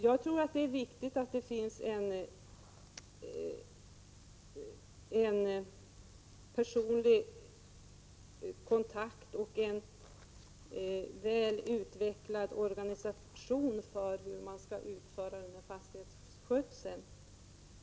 Jag tror att det är viktigt att det finns en personlig kontakt och en väl utvecklad organisation när det gäller fastighetsskötseln.